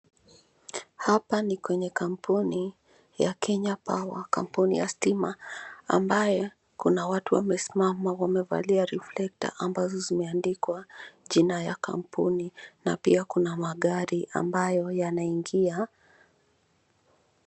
Hapa ni kwenye kampuni ya Kenya Power, kampuni ya stima, ambayo kuna watu wamesimama wamevalia reflector ambazo zimeandikwa jina ya kampuni, na pia kuna magari ambayo yanaingia.